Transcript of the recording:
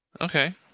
Okay